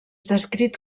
descrit